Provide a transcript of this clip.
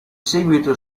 seguito